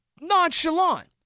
nonchalant